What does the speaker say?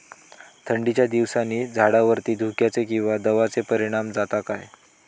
थंडीच्या दिवसानी झाडावरती धुक्याचे किंवा दवाचो परिणाम जाता काय?